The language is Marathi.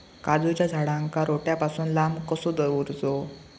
काजूच्या झाडांका रोट्या पासून लांब कसो दवरूचो?